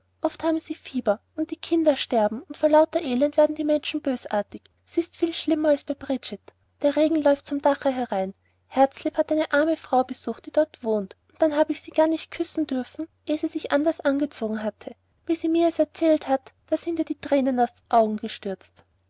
oft haben sie fieber und die kinder sterben und vor lauter elend werden die menschen bösartig s ist viel schlimmer als bei bridget der regen läuft zum dache herein herzlieb hat eine arme frau besucht die dort wohnt und dann hab ich sie gar nicht küssen dürfen eh sie sich anders angezogen hatte wie sie mir es erzählt hat sind ihr die thränen aus den augen gestürzt